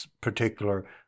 particular